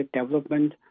development